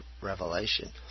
revelation